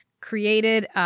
created